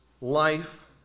life